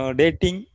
dating